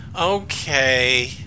Okay